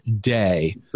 day